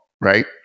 right